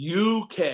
UK